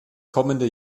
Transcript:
kommende